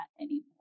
anymore